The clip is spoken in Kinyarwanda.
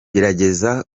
gerageza